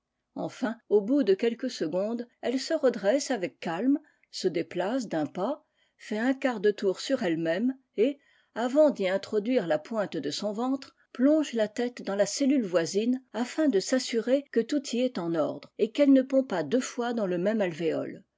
enfin au bout de quelques secondes elle se redresse avec calme se déplace d'un pas fait un quart de tour sur elle-même et avant d'y introduire la pointe de son ventre plonge la tête dans la cellule voisine afin de s'assurer que tout y est en ordre et qu'elle ne pond pas deux fois dans le même alvéole